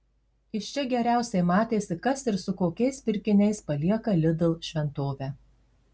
iš čia geriausiai matėsi kas ir su kokiais pirkiniais palieka lidl šventovę